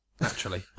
Naturally